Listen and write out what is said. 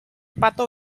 pato